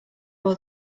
all